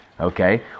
Okay